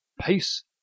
pace